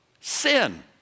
sin